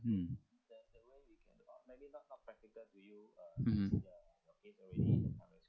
mm mmhmm